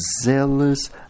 zealous